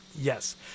Yes